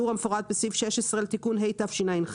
בהפחתת האגרה בשיעור המפורט בסעיף 16 לתיקון התשע"ח,